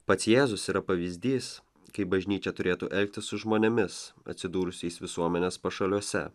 pats jėzus yra pavyzdys kaip bažnyčia turėtų elgtis su žmonėmis atsidūrusiais visuomenės pašaliuose